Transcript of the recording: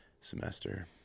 semester